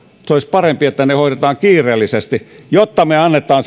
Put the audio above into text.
se olisi parempi että ne hoidetaan kiireellisesti jotta me annamme